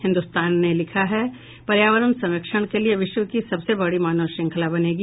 हिन्दुस्तान ने लिखा है पर्यावरण संरक्षण के लिये विश्व की सबसे बड़ी मानव श्रृंखला बनेगी